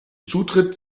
zutritt